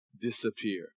disappear